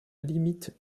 limite